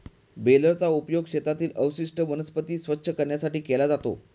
बेलरचा उपयोग शेतातील अवशिष्ट वनस्पती स्वच्छ करण्यासाठी केला जातो